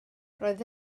roedd